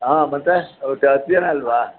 ಆಂ ಮತ್ತು ಒಟ್ಟು ಹತ್ತು ಜನ ಅಲ್ಲವಾ